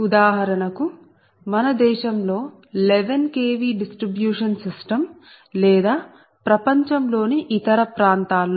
ఉదాహరణకు మన దేశంలో 11 kV డిస్ట్రిబ్యూషన్ సిస్టం లేదా ప్రపంచంలోని ఇతర ప్రాంతాల్లో